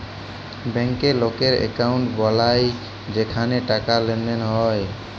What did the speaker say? ব্যাংকে লকেরা একউন্ট বালায় যেখালে টাকার লেনদেল হ্যয়